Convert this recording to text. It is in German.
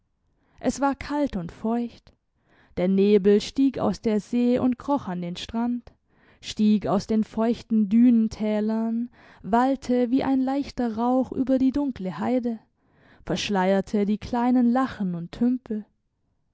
es war kalt und feucht der nebel stieg aus der see und kroch an den strand stieg aus den feuchten dünentälern wallte wie ein leichter rauch über die dunkle heide verschleierte die kleinen lachen und tümpel